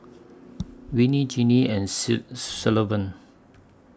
Winnie Jennie and Sullivan